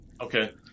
okay